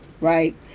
right